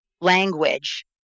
language